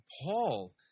Paul